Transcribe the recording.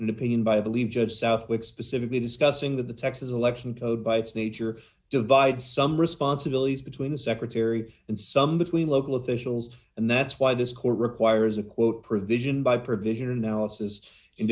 an opinion by believe judge southwick specifically discussing that the texas election code by its nature divides some responsibilities between the secretary and some between local officials and that's why this court requires a quote provision by provision analysis in